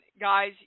guys